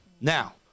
Now